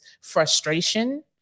frustration